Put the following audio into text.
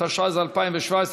התשע"ז 2017,